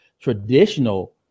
traditional